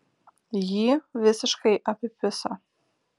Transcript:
jį visiškai apipiso